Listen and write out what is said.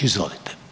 Izvolite.